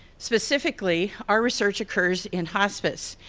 specifically our research occurs in hospice.